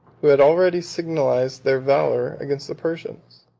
who had already signalized their valor against the persians.